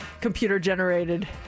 computer-generated